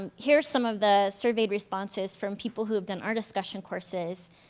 um here's some of the surveyed responses from people who have done our discussion courses,